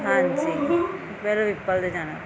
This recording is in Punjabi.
ਹਾਂਜੀ